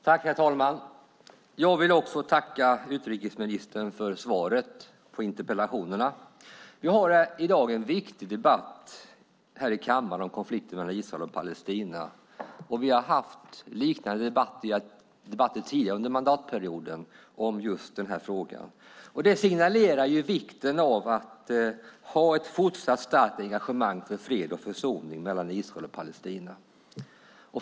Herr talman! Jag vill också tacka utrikesministern för svaret på interpellationerna. I dag har vi en viktig debatt här i kammaren om konflikten mellan Israel och Palestina. Vi har haft liknande debatter i den här frågan tidigare under mandatperioden. Det signalerar ju vikten av att ha ett fortsatt starkt engagemang för fred och försoning mellan Israel och Palestina.